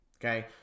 okay